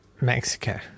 Mexico